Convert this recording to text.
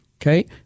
Okay